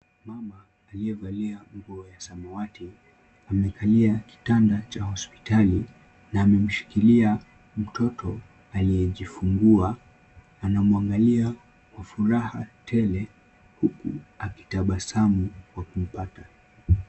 Mama aliyevalia nguo ya samawati, amekalia kitanda cha hospitali, na amemshikilia mtoto aliyejifungua. Anamuangalia kwa furaha tele, huku akitabasamu kwa kumpata.